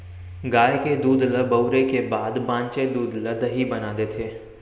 गाय के दूद ल बउरे के बाद बॉंचे दूद ल दही बना देथे